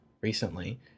recently